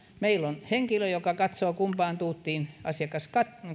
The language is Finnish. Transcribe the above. meillä on henkilö joka katsoo kumpaan tuuttiin asiakas